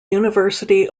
university